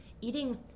eating